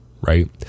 right